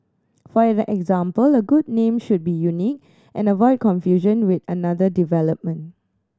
for example a good name should be unique and avoid confusion with another development